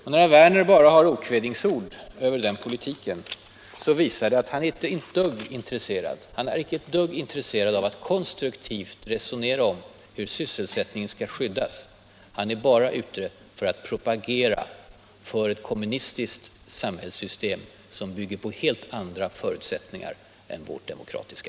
När herr Werner enbart har okvädinsord för den politiken, visar det att han inte är ett dugg intresserad av att konstruktivt resonera om hur sysselsättningen skall skyddas. Han är bara ute för att propagera för ett kommunistiskt samhällssystem, som bygger på helt andra förutsättningar än vårt demokratiska.